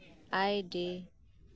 id